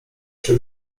czy